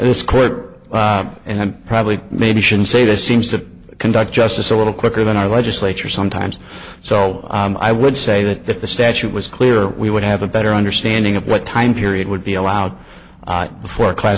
this court and i'm probably maybe shouldn't say this seems to conduct justice a little quicker than our legislature sometimes so i would say that if the statute was clear we would have a better understanding of what time period would be allowed for a class